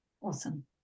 Awesome